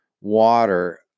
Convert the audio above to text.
water